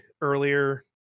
earlier